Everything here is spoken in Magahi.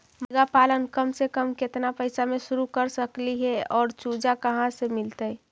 मरगा पालन कम से कम केतना पैसा में शुरू कर सकली हे और चुजा कहा से मिलतै?